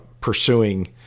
pursuing